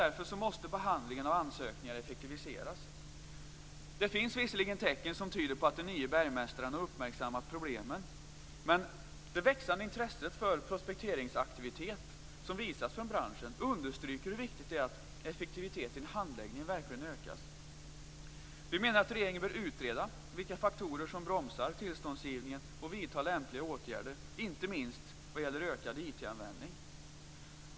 Därför måste behandlingen av ansökningar effektiviseras. Det finns visserligen tecken som tyder på att den nya bergmästaren har uppmärksammat problemen, men det växande intresset för prospekteringsaktivitet som branschen visar understryker hur viktigt det är att effektiviteten i handläggningen verkligen ökas. Vi menar att regeringen bör utreda vilka faktorer som bromsar tillståndsgivningen och vidta lämpliga åtgärder, inte minst vad gäller ökad IT-användning.